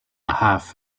half